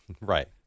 Right